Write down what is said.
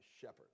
shepherd